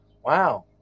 Wow